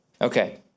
Okay